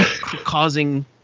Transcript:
causing –